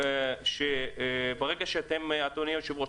אדוני היושב-ראש,